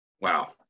Wow